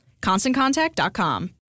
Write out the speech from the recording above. ConstantContact.com